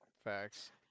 Facts